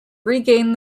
regained